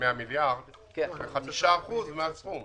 100 מיליארד, שזה חמישה אחוז מהסכום.